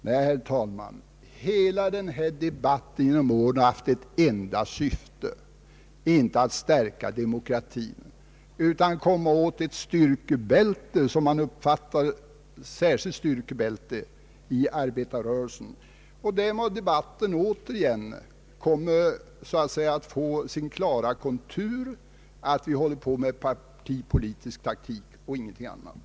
Nej, herr talman, hela den här debatten har genom åren haft ett enda syfte — inte att stärka demokratin utan att komma åt vad som uppfattas som ett styrkebälte för arbetarrörelsen. I dag har debatten återigen så att säga fått sin klara kontur: man håller på med partipolitisk tatik och inget annat.